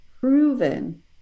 proven